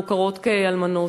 מוכרות כאלמנות.